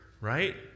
right